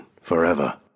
forever